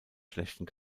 schlechten